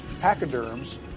pachyderms